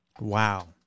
Wow